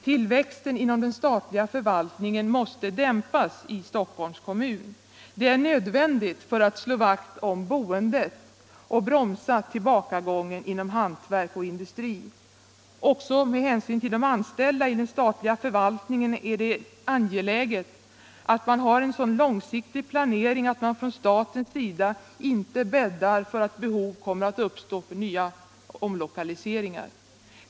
Tillväxten inom den statliga förvaltningen måste dämpas i Stockholms kommun. Det är nödvändigt för att slå vakt om boendet och bromsa tillbakagången inom hantverk och industri. Också med hänsyn till de anställda i den statliga förvaltningen är det angeläget att ha en sådan långsiktig planering att man från statens sida inte bäddar för att behov av nya omlokaliseringar kommer att uppstå.